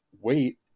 wait